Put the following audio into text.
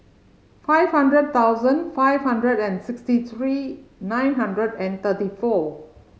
five hundred thousand five hundred and sixty three nine hundred and thirty four